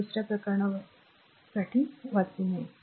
तर हे दुसऱ्या प्रकरणासाठी वाचू नये